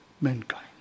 mankind